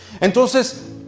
Entonces